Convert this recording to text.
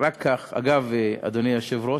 אגב, אדוני היושב-ראש,